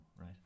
right